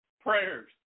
prayers